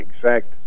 exact